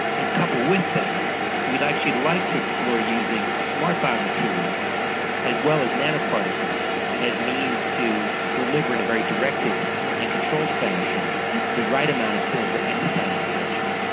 and coupled with that we'd actually like to explore using smart biomaterials as well as nanoparticles as means to deliver in a very directed and controlled fashion the right amount of silver at the site of infection.